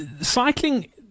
Cycling